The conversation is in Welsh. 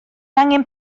angen